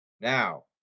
Now